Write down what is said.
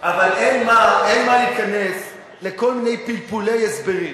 אבל אין מה להיכנס לכל מיני פלפולי הסברים,